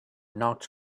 knocked